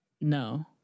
no